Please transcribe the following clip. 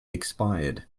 expired